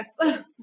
yes